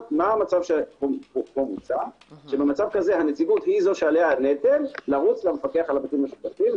במצב כזה הנציגות היא זו שעליה הנטל לרוץ למפקח על הבתים המשותפים,